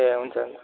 ए हुन्छ